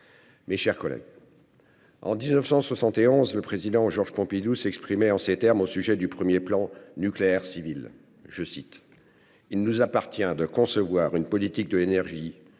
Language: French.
mes chers collègues, en 1971, le Président de la République Georges Pompidou s'exprimait en ces termes au sujet du premier plan nucléaire civil :« Il nous appartient de concevoir une politique de l'énergie,